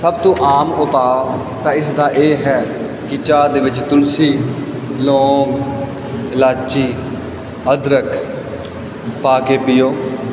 ਸਭ ਤੋਂ ਆਮ ਉਪਾਅ ਤਾਂ ਇਸਦਾ ਇਹ ਹੈ ਕਿ ਚਾਹ ਦੇ ਵਿੱਚ ਤੁਲਸੀ ਲੌਂਗ ਇਲਾਚੀ ਅਦਰਕ ਪਾ ਕੇ ਪੀਓ